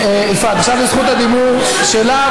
עכשיו זו זכות הדיבור שלה,